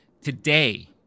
today